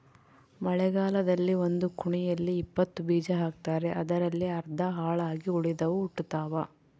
ಮಳೆಗಾಲದಲ್ಲಿ ಒಂದು ಕುಣಿಯಲ್ಲಿ ಇಪ್ಪತ್ತು ಬೀಜ ಹಾಕ್ತಾರೆ ಅದರಲ್ಲಿ ಅರ್ಧ ಹಾಳಾಗಿ ಉಳಿದವು ಹುಟ್ಟುತಾವ